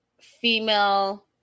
female